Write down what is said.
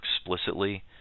explicitly